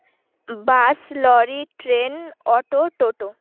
bus lorry train auto toto